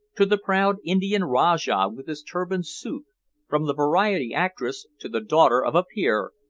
to the proud indian rajah with his turbaned suite from the variety actress to the daughter of a peer,